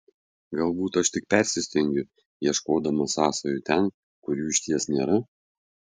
galbūt aš tik persistengiu ieškodama sąsajų ten kur jų išties nėra